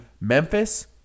Memphis